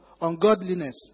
ungodliness